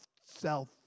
self